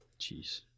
Jeez